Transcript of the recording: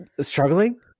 struggling